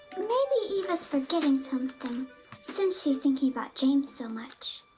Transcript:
maybe eva's forgetting something since she's thinking about james so much.